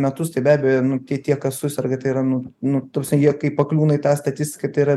metus tai be abejo nu tie tie kas suserga tai yra nu nu toksai jie kaip pakliūna į tą statistiką tai yra